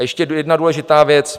A ještě jedna důležitá věc.